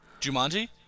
Jumanji